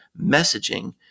messaging